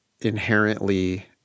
inherently